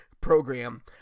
program